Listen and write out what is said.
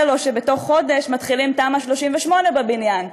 לו שבתוך חודש מתחילים תמ"א 38 בבניין.